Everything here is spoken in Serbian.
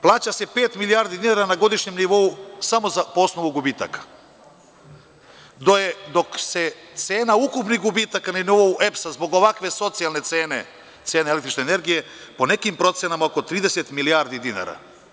Plaća se pet milijardi dinara na godišnjem nivou samo po osnovu gubitaka, dok je cena ukupnih gubitaka na nivou EPS-a, zbog ovakve socijalne cene električne energije, po nekim procenama oko 30 milijardi dinara.